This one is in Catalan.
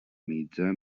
mitja